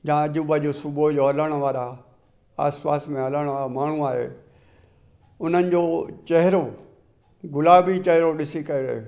जां आजू बाजू सुबुह जो हलण वारा आस पास में हलण वारा माण्हू आहे उन्हनि जो चहिरो गुलाबी चहिरो ॾिसी करे